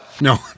No